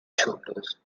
shoulders